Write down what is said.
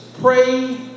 Pray